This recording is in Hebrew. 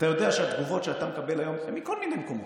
אתה יודע שהתגובות שאתה מקבל היום הן מכל מיני מקומות,